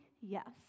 yes